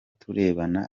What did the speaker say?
turebana